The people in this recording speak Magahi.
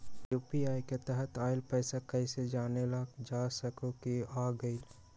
यू.पी.आई के तहत आइल पैसा कईसे जानल जा सकहु की आ गेल?